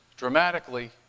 dramatically